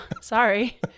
sorry